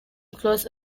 close